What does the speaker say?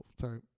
sorry